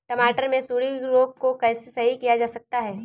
टमाटर से सुंडी रोग को कैसे सही किया जा सकता है?